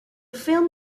film